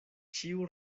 ĉiu